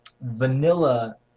vanilla